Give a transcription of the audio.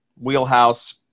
wheelhouse